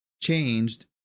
changed